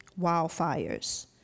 wildfires